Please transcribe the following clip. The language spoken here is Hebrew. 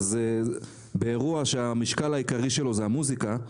באירוע שהמשקל העיקרי שלו זה המוסיקה,